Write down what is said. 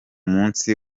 munsi